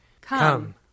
Come